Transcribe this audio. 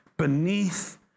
beneath